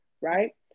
right